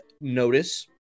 notice